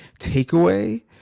takeaway